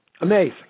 Amazing